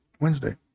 Wednesday